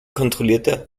kontrollierte